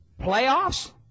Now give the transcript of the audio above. Playoffs